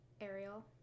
Ariel